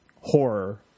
horror